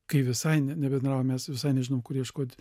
kai visai nebendraujam mes visai nežinom kur ieškot